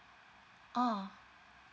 oh